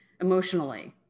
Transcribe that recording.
emotionally